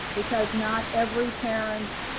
because not every parent